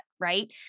right